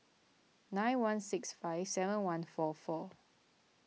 nine one six five seven one four four